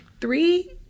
three